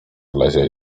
wlezie